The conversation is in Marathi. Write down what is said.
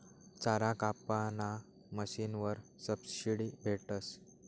चारा कापाना मशीनवर सबशीडी भेटस